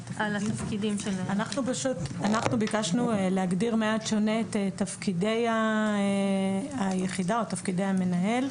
אנחנו ביקשנו להגדיר מעט שונה את תפקידי היחידה או תפקידי המנהל.